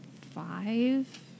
five